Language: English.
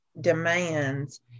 demands